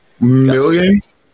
Millions